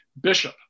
Bishop